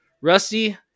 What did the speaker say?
Rusty